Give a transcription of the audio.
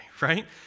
right